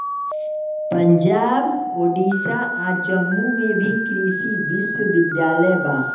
पंजाब, ओडिसा आ जम्मू में भी कृषि विश्वविद्यालय बा